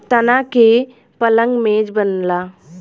तना के पलंग मेज बनला